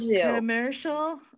commercial